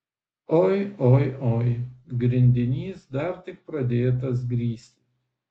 oi oi oi grindinys dar tik pradėtas grįsti